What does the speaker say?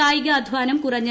കായികാദ്ധാനം കുറഞ്ഞു